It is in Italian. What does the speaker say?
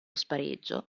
spareggio